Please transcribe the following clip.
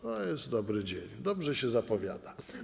To jest dobry dzień, dobrze się zapowiada.